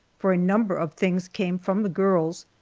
for a number of things came from the girls,